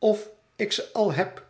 of ik ze al heb